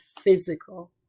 physical